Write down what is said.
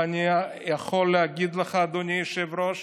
ואני יכול להגיד לך, אדוני היושב-ראש,